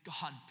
God